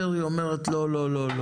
יש לך זכות גדולה בזה,